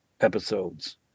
episodes